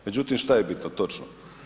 Međutim, šta je bitno točno?